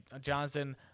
Johnson